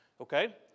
Okay